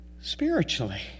spiritually